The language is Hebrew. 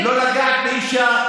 לא לגעת באישה.